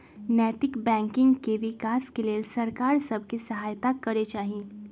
नैतिक बैंकिंग के विकास के लेल सरकार सभ के सहायत करे चाही